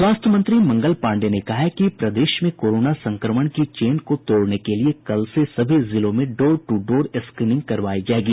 स्वास्थ्य मंत्री मंगल पांडेय ने कहा है कि प्रदेश में कोरोना संक्रमण की चेन को तोड़ने के लिये कल से सभी जिलों में डोर टू डोर स्क्रीनिंग करवायी जायेगी